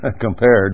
compared